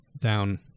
down